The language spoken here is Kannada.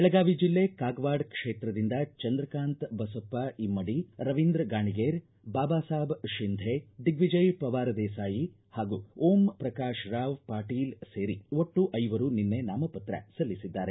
ಬೆಳಗಾವಿ ಜಿಲ್ಲೆ ಕಾಗವಾಡ ಕ್ಷೇತ್ರದಿಂದ ಚಂದ್ರಕಾಂತ ಬಸಪ್ಪ ಇಮ್ಲಡಿ ರವೀಂದ್ರ ಗಾಣಿಗೇರ ಬಾಬಾಸಾಬ್ ಶಿಂಧೆ ದಿಗ್ವಿಜಯ ಪವಾರ ದೇಸಾಯಿ ಹಾಗೂ ಓಂ ಪ್ರಕಾಶರಾವ್ ಪಾಟೀಲ ಸೇರಿ ಒಟ್ಟು ಐವರು ನಿನ್ನೆ ನಾಮಪತ್ರ ಸಲ್ಲಿಸಿದ್ದಾರೆ